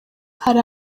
hari